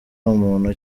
muntu